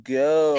go